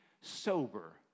sober